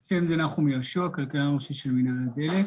אני נחום יהושע, כלכלן ראשי של מינהל הדלק